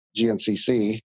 GNCC